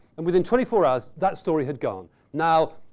and within twenty four hours, that story had gone. now,